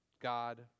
God